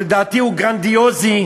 שלדעתי הוא גרנדיוזי,